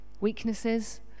weaknesses